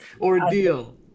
ordeal